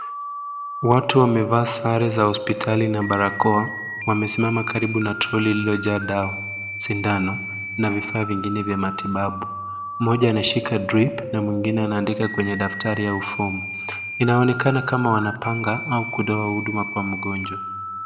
Watu wamevaa sare za hospitali na barakoa wamesimama karibu na troli lililojaa dawa, sindano na vifaa vingine vya matibabu. Mmoja anashika drip na mwingine anaandika kwa daftari au form . Inaonekana kama wanapanga au kutoa huduma kwa mgonjwa.